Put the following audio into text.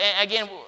again